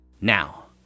Now